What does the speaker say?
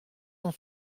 ans